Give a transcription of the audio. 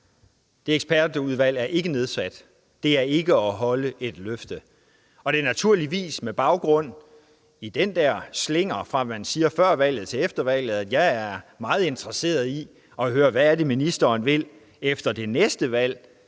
Det ekspertudvalg er ikke nedsat; det er ikke at holde et løfte. Og det er naturligvis med baggrund i den der slinger fra, hvad man siger før valget, til, hvad man siger efter valget, at jeg er meget interesseret i at høre, hvad det er, ministeren vil efter det næste valg.